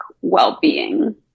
well-being